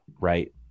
right